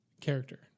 character